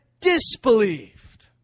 disbelieved